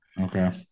Okay